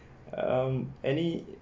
um any